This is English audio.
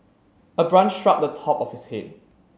a branch struck the top of his head